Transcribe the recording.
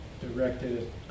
Directed